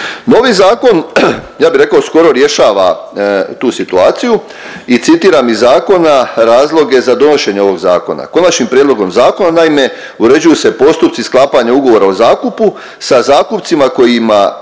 Novi zakon ja bi reko skoro rješava tu situaciju i citiram iz zakona razloge za donošenje ovog zakona. Konačnim prijedlogom zakona naime uređuju se postupci sklapanja ugovora o zakupu sa zakupcima kojima